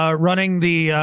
um running the,